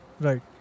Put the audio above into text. Right